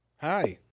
Hi